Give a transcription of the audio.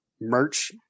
merch